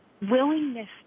Willingness